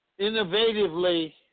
innovatively